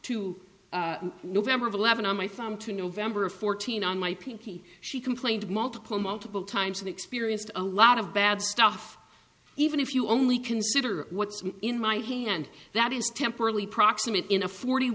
to november of eleven on my phone to november of fourteen on my pinkie she complained multiple multiple times and experienced a lot of bad stuff even if you only consider what's in my hand that is temporarily proximate in a forty